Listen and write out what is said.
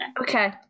Okay